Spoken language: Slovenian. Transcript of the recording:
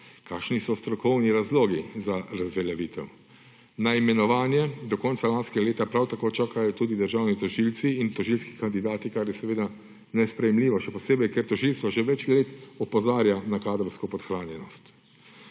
kakšni so strokovni razlogi za razveljavitev. Na imenovanje do konca lanskega leta prav tako čakajo tudi državni tožilci in tožilski kandidati, kar je seveda nesprejemljivo, še posebej, ker tožilstvo že več let opozarja na kadrovsko podhranjenost.